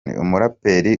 umuraperi